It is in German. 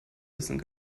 wissen